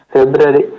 February